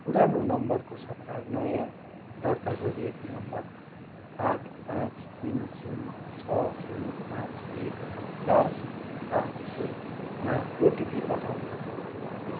पुरानो नम्बरको सट्टा नयाँ दर्ता गरिएको नम्बर आठ पाँच तिन शून्य छ शून्य पाँच एक चार सात शून्यमा ओटिपी पठाउनुहोस्